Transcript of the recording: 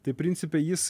tai principe jis